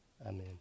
Amen